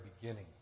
beginning